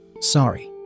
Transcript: Sorry